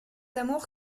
amour